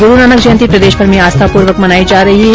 गुरूनानक जयंती प्रदेशभर में आस्था पूर्वक मनाई जा रही है